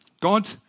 God